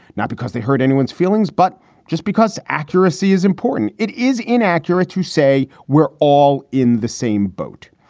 not because they hurt anyone's feelings, but just because accuracy is important. it is inaccurate to say we're all in the same boat.